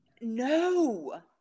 no